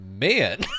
man